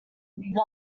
wide